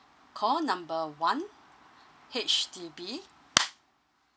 call number one H_D_B